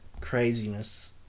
Craziness